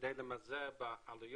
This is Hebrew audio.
כדי למזער בעלויות,